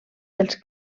dels